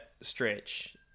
stretch